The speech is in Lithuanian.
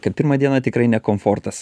kad pirmą dieną tikrai ne komfortas